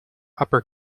upper